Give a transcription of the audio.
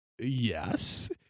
Yes